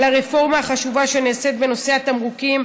הרפורמה החשובה שנעשית בנושא התמרוקים,